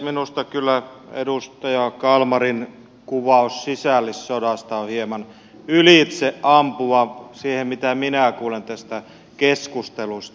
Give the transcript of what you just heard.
minusta edustaja kalmarin kuvaus sisällissodasta on kyllä hieman ylitseampuva siihen nähden mitä minä kuulen tästä keskustelusta